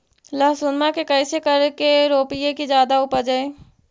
लहसूनमा के कैसे करके रोपीय की जादा उपजई?